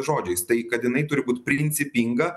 žodžiais tai kad jinai turi būt principinga